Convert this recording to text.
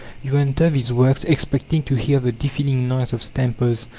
you enter these works expecting to hear the deafening noise of stampers,